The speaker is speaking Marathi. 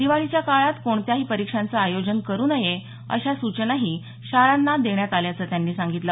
दिवाळीच्या काळात कोणत्याही परीक्षांचं आयोजन करू नये अशा सूचनाही शाळांना देण्यात आल्याचं त्यांनी सांगितलं